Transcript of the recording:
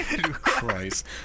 Christ